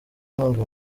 inkunga